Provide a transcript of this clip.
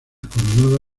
coronada